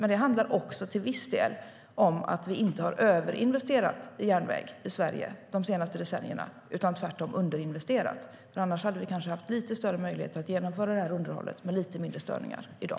Men det handlar också till viss del om att vi inte har överinvesterat i järnväg i Sverige de senaste decennierna, utan tvärtom underinvesterat. Annars hade vi kanske haft lite större möjligheter att genomföra underhållet med lite mindre störningar i dag.